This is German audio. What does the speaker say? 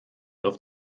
auf